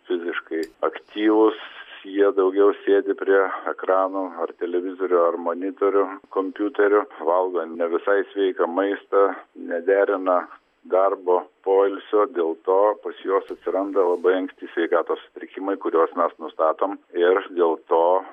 fiziškai aktyvūs jie daugiau sėdi prie ekranų ar televizorių ar monitorių kompiuterių valgo ne visai sveiką maistą nederina darbo poilsio dėl to pas juos atsiranda labai anksti sveikatos sutrikimai kuriuos mes nustatom ir dėl to